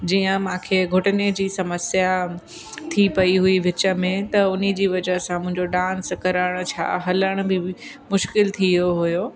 जीअं मूंखे घुटने जी समस्या थी पई हुई विच में त उनी जी वजह सां मुंहिंजो डांस करण छा हलण में बि मुश्किल थी वियो हुओ